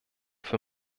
für